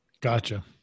gotcha